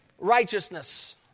Righteousness